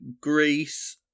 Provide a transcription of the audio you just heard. Greece